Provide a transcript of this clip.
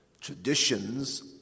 traditions